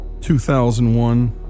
2001